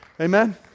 Amen